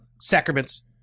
sacraments